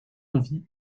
envie